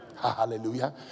hallelujah